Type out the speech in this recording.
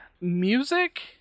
Music